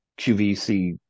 QVC